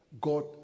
God